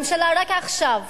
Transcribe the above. הממשלה רק עכשיו